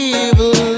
evil